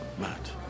Matt